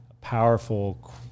powerful